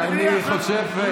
אני חושב,